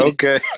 Okay